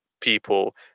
people